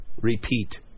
Repeat